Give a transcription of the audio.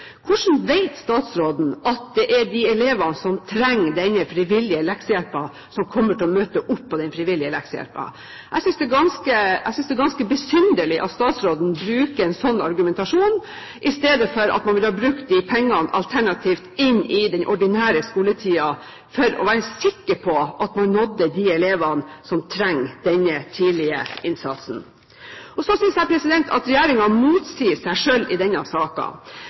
Hvordan vet statsråden at det er de elevene som trenger denne frivillige leksehjelpen, som kommer til å møte opp på den frivillige leksehjelpen? Jeg synes det er ganske besynderlig at statsråden bruker en slik argumentasjon i stedet for at man alternativt kunne ha brukt de pengene i den ordinære skoletiden for å være sikker på at man nådde de elevene som trenger denne tidlige innsatsen. Så synes jeg at regjeringen motsier seg selv i denne